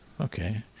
Okay